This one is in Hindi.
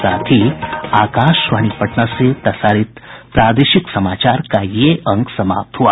इसके साथ ही आकाशवाणी पटना से प्रसारित प्रादेशिक समाचार का ये अंक समाप्त हुआ